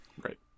Right